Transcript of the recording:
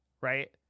right